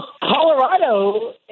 Colorado